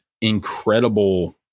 incredible